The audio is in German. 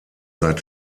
seit